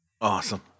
Awesome